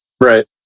Right